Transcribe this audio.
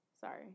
Sorry